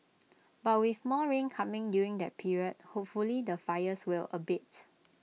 but with more rain coming during that period hopefully the fires will abate